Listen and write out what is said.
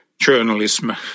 journalism